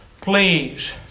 please